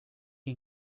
que